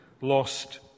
lost